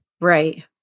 Right